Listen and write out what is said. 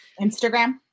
Instagram